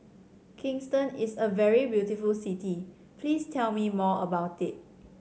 Kingston is a very beautiful city please tell me more about it